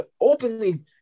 openly